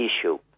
issue